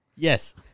Yes